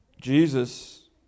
Jesus